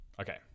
Okay